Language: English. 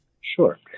Sure